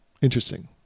interesting